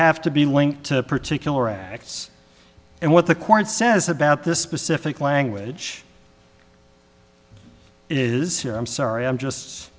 have to be linked to a particular acts and what the court says about this specific language is i'm sorry i'm just